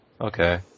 okay